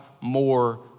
more